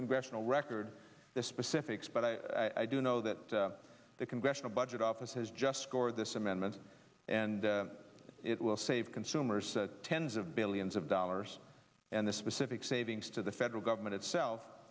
congressional record the specifics but i do know that the congressional budget office has just scored this amendment and it will save consumers tens of billions of dollars and the specific savings to the federal government itself